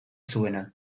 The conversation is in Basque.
zuena